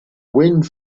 wind